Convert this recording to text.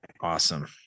awesome